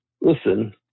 Listen